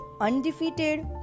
undefeated